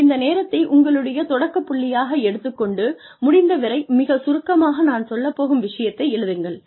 பின்னர் இந்த நேரத்தை உங்களுடைய தொடக்கப் புள்ளியாக எடுத்துக் கொண்டு முடிந்தவரை மிகச் சுருக்கமாக நான் சொல்லப் போகும் விஷயத்தை எழுதுங்கள்